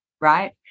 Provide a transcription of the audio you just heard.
right